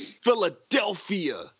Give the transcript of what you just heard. Philadelphia